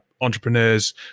entrepreneurs